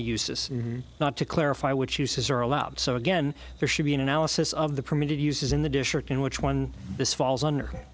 uses and not to clarify which uses are allowed so again there should be an analysis of the permitted uses in the district in which one this falls under